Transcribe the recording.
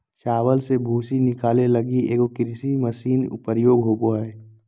चावल से भूसी निकाले लगी एगो कृषि मशीन प्रयोग होबो हइ